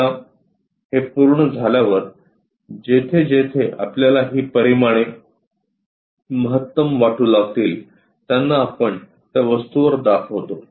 एकदा हे पूर्ण झाल्यावर जेथे जेथे आपल्याला ही परिमाणे महत्तम वाटू लागतील त्यांना आपण त्या वस्तूवर दाखवतो